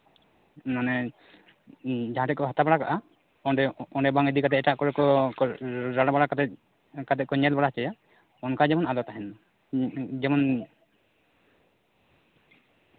ᱢᱟᱱᱮ ᱡᱟᱦᱟᱸ ᱴᱷᱮᱡ ᱠᱚ ᱦᱟᱛᱟ ᱵᱟᱲᱟ ᱠᱟᱜᱼᱟ ᱚᱸᱰᱮ ᱚᱸᱰᱮ ᱵᱟᱝ ᱤᱫᱤ ᱠᱟᱛᱮ ᱮᱴᱟᱜ ᱠᱚᱨᱮ ᱠᱚ ᱨᱟᱲᱟ ᱵᱟᱲᱟ ᱠᱟᱛᱮ ᱠᱚ ᱧᱮᱞ ᱵᱟᱲᱟ ᱦᱚᱪᱚᱭᱟ ᱚᱱᱠᱟ ᱡᱮᱢᱚᱱ ᱟᱞᱚ ᱛᱟᱦᱮᱱ ᱢᱟ ᱡᱮᱢᱚᱱ